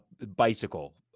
bicycle